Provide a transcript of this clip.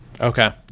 Okay